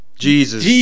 Jesus